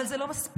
אבל זה לא מספיק.